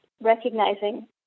recognizing